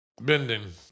Bending